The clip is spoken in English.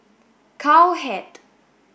cow head